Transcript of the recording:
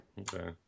okay